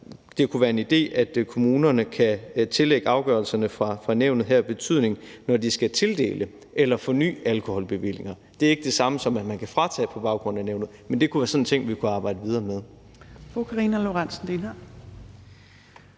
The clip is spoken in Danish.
det kunne være en idé, at kommunerne kan tillægge afgørelserne fra nævnet her en betydning, når de skal tildele eller forny alkoholbevillinger. Det er ikke det samme, som at man kan fratage dem på baggrund af nævnet, men det kunne være sådan en ting, vi kunne arbejde videre med.